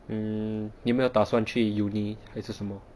mm 你有没有打算去 university 还是什么